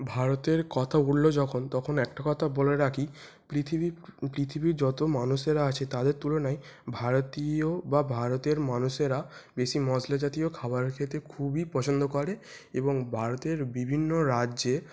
ভারতের কথা উঠল যখন তখন একটা কথা বলে রাখি পৃথিবীর পৃথিবীর যত মানুষেরা আছে তাদের তুলনায় ভারতীয় বা ভারতের মানুষেরা বেশি মশলা জাতীয় খাবার খেতে খুবই পছন্দ করে এবং ভারতের বিভিন্ন রাজ্যে